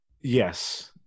yes